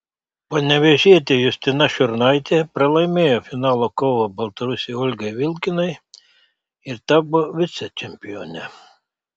panevėžietė justina šiurnaitė pralaimėjo finalo kovą baltarusei olgai vilkinai ir tapo vicečempione